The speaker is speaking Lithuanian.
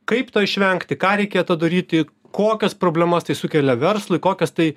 kaip to išvengti ką reikėtų daryti kokias problemas tai sukelia verslui kokias tai